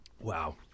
Wow